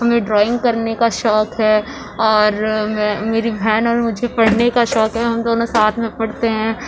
ہمیں ڈرائینگ کرنے کا شوق ہے اور میں میری بہن اور مجھے پڑھنے کا شوق ہے ہم دونوں ساتھ میں پڑھتے ہیں